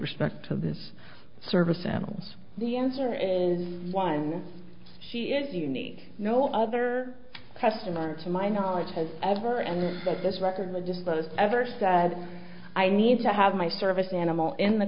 respect to this service animals the answer is one she is unique no other customers to my knowledge has ever and that this record of the disposed ever said i need to have my service animal in the